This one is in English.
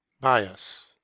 Bias